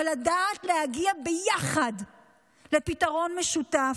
אבל לדעת להגיע ביחד לפתרון משותף,